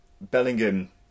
Bellingham